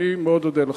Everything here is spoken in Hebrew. אני מאוד אודה לך.